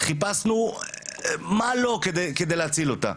חיפשנו כל דבר כדי להציל אותה.